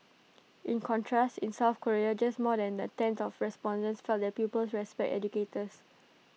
in contrast in south Korea just more than A tenth of respondents felt that pupils respect educators